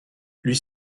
lui